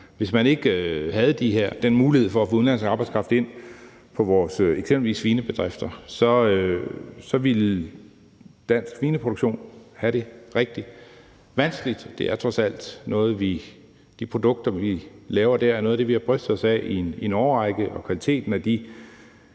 Hvis man ikke havde den mulighed for at få udenlandsk arbejdskraft ind på eksempelvis vores svinebedrifter, ville dansk svineproduktion have det rigtig vanskeligt. De produkter, vi laver, er trods alt noget af det, vi har brystet os af i en årrække, og kvaliteten af de